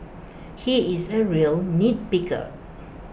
he is A real nitpicker